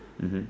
mmhmm